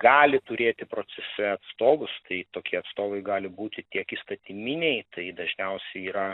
gali turėti procese atstovus tai tokie atstovai gali būti tiek įstatyminiai tai dažniausiai yra